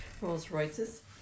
Rolls-Royces